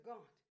God